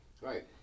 Right